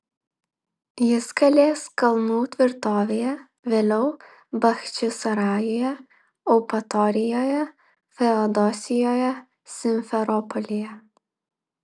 jis kalės kalnų tvirtovėje vėliau bachčisarajuje eupatorijoje feodosijoje simferopolyje